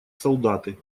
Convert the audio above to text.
солдаты